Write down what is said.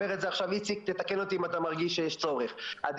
איציק, אם אתה מרגיש שיש צורך, תתקן אותי.